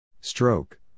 Stroke